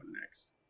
next